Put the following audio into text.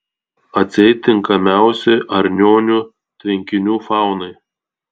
atseit tinkamiausi arnionių tvenkinių faunai